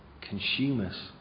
consumers